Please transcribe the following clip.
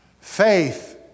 Faith